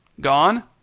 Gone